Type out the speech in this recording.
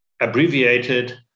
abbreviated